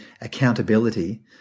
accountability